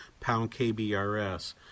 PoundKBRS